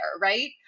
right